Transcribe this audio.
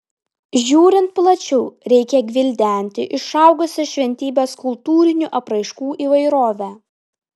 žiūrint plačiau reikia gvildenti išaugusią šventybės kultūrinių apraiškų įvairovę